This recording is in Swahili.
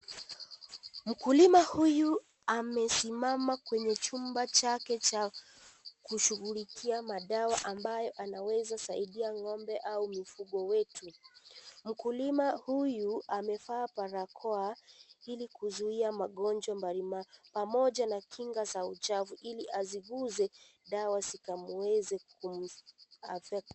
Mkulima huyu amesimama kwenye chumba chake cha kushughulikia madawa ambayo anaweza saidia ng'ombe au mifugo wetu. Mkulima huyu amevaa barakoa ili kuzuia magonjwa mbali mbali pamoja na kinga za uchafu, asiguze dawa zikamuweze zika muafect